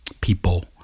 people